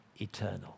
eternal